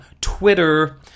Twitter